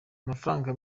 amafaranga